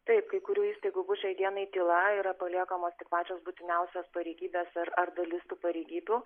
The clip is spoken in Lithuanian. taip kai kurių įstaigų bus šiai dienai tyla yra paliekamos tik pačios būtiniausios pareigybės ir ar dalis tų pareigybių